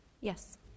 Yes